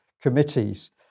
committees